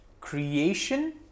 creation